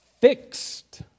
fixed